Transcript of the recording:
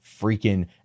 freaking